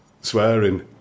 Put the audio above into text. swearing